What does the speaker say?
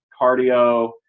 cardio